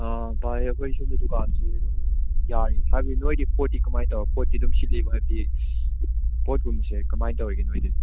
ꯑꯥ ꯚꯥꯏ ꯑꯩꯈꯣꯏ ꯁꯣꯝꯗ ꯗꯨꯀꯥꯟꯁꯤ ꯑꯗꯨꯝ ꯌꯥꯔꯤ ꯍꯥꯏꯕꯗꯤ ꯅꯣꯏꯒꯤ ꯄꯣꯠꯇꯤ ꯀꯃꯥꯏ ꯇꯧꯏ ꯄꯣꯠꯇꯤ ꯁꯤꯠꯂꯤꯕ꯭ꯔꯥ ꯍꯥꯏꯕꯗꯤ ꯄꯣꯠ ꯀꯨꯝꯕꯁꯦ ꯀꯃꯥꯏ ꯇꯧꯔꯤꯒꯦ ꯅꯣꯏꯗꯗꯤ